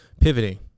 pivoting